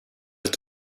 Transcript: över